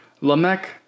Lamech